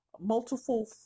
multiple